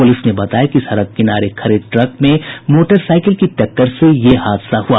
police ने बताया कि सड़क किनारे खड़े ट्रक में मोटरसाइकिल की टक्कर से यह हादसा हुआ